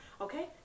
Okay